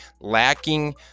lacking